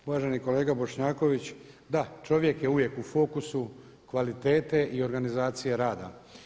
Uvaženi kolega Bošnjaković, da čovjek je uvijek u fokusu kvalitete i organizacije rada.